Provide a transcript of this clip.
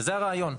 וזה הרעיון.